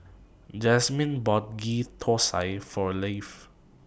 Jazmine bought Ghee Thosai For Lafe